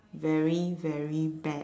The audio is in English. very very bad